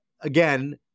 Again